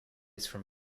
from